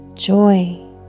joy